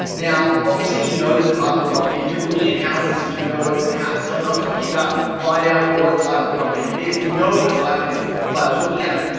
now, obviously you know the type of property. if you're looking at houses, you know it's a house. so i'm not talking about find out what type of property it is. you know what type it is by looking at